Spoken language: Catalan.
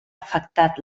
afectat